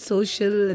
Social